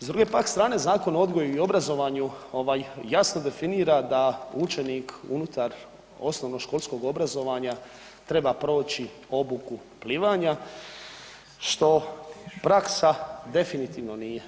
S druge pak strane Zakon o odgoju i obrazovanju ovaj jasno definira da učenik unutar osnovnoškolskog obrazovanja treba proći obuku plivanja, što praksa definitivno nije.